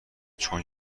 چون